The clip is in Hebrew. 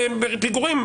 בדמי פיגורים,